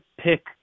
pick